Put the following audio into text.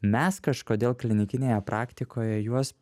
mes kažkodėl klinikinėje praktikoje juos